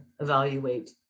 evaluate